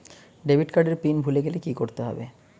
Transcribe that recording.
Debit card এর pin ভুলে গেলে কি করতে হবে?